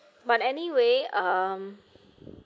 but anyway um